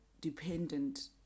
dependent